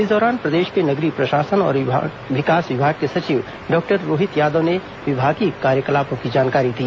इस दौरान प्रदेश के नगरीय प्रशासन और विकास विभाग के सचिव डॉक्टर रोहित यादव ने विभागीय कार्यकलापों की जानकारी दी